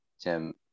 Tim